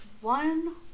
one